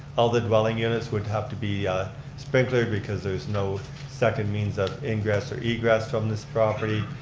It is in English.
all the dwelling units would have to be sprinkler because there's no second means of ingress or egress from this property.